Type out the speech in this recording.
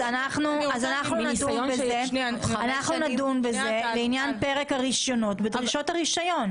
אז אנחנו נדון בזה בפרק של דרישות הרישיון.